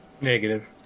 Negative